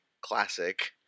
classic